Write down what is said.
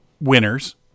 winners